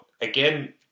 again